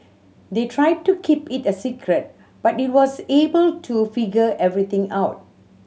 they tried to keep it a secret but he was able to figure everything out